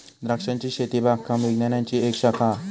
द्रांक्षांची शेती बागकाम विज्ञानाची एक शाखा हा